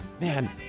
Man